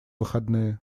выходные